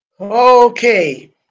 Okay